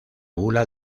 bula